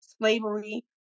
slavery